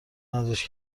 نازش